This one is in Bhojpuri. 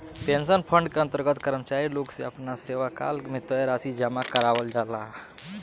पेंशन फंड के अंतर्गत कर्मचारी लोग से आपना सेवाकाल में तय राशि जामा करावल जाला